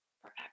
forever